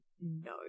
no